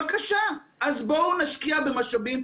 בבקשה, אז בואו נשקיע במשאבים.